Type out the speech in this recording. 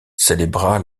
célébra